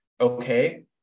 okay